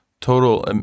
total